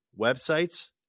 websites